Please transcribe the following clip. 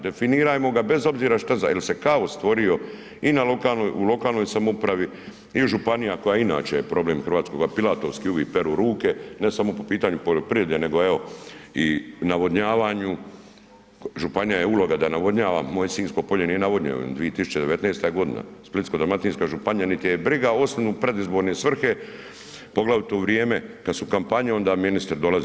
Definirajmo ga, bez obzira što jer se kaos stvorio i u lokalnoj samoupravi i županija koja inače je problem hrvatskoga, pilatovski uvijek peru ruke, ne samo po pitanju poljoprivrede, nego evo, navodnjavanju, županija je uloga da navodnjava, moje Sinjsko polje nije navodnjeno, 2019. g., Splitsko-dalmatinska županija niti je briga, osim u predizborne svrhe poglavito u vrijeme kad su kampanje onda ministri dolaze.